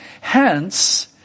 Hence